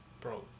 bro